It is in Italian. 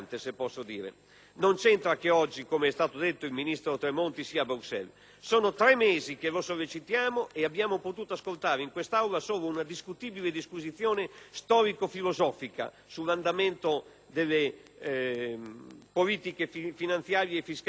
Non c'entra il fatto che oggi - com'è stato detto - il ministro Tremonti sia a Bruxelles. Sono tre mesi che lo sollecitiamo, ed abbiamo potuto ascoltare in quest'Aula solo una discutibile disquisizione storico-filosofica sull'andamento delle politiche finanziarie e fiscali di questo Paese.